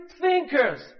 thinkers